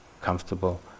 comfortable